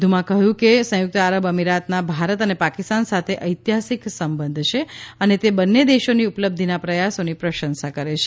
વધુમાં કહ્યું છે કે સંયુક્ત આરબ અમીરાતના ભારત અને પાકિસ્તાન સાથે ઐતિહાસિક સંબંધ છે અને તે બંને દેશોની ઉપલબ્ધિના પ્રયાસોની પ્રશંસા કરે છે